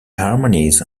harmonies